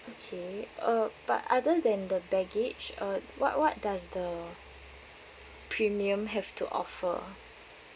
okay uh but other than the baggage uh what what does the premium have to offer